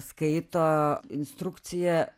skaito instrukciją